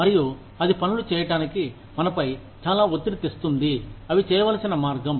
మరియు అది పనులు చేయటానికి మనపై చాలా ఒత్తిడి తెస్తుంది అవి చేయవలసిన మార్గం